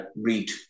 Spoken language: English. read